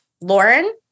Lauren